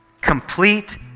complete